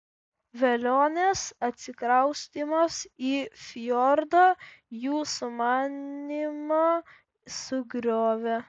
velionės atsikraustymas į fjordą jų sumanymą sugriovė